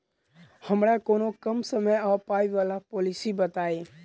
हमरा कोनो कम समय आ पाई वला पोलिसी बताई?